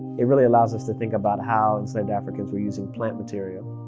it really allows us to think about how enslaved africans were using plant material,